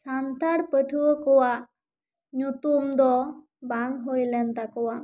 ᱥᱟᱱᱛᱟᱲ ᱯᱟᱹᱴᱷᱩᱣᱟᱹ ᱠᱚᱣᱟᱜ ᱧᱩᱛᱩᱢ ᱫᱚ ᱵᱟᱝ ᱦᱩᱭ ᱞᱮᱱ ᱛᱟᱠᱚᱣᱟ